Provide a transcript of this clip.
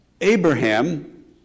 Abraham